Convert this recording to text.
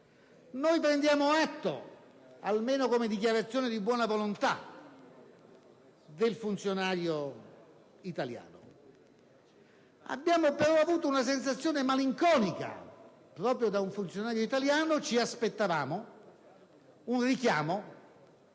Noi prendiamo atto di ciò, almeno come dichiarazione di buona volontà del funzionario italiano. Abbiamo però avuto una sensazione malinconica, perché proprio da un funzionario italiano ci aspettavamo un richiamo